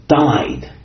died